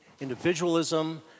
individualism